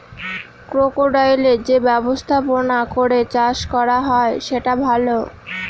ক্রোকোডাইলের যে ব্যবস্থাপনা করে চাষ করা হয় সেটা ভালো